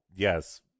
yes